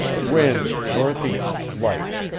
wind northeast, light.